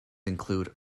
include